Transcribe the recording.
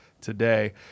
today